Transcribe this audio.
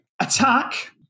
attack